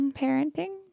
parenting